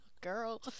Girl